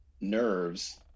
nerves